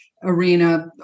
arena